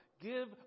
give